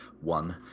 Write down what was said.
one